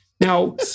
Now